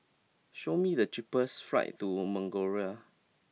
show me the cheapest flights to Mongolia